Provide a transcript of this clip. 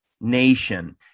nation